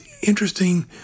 interesting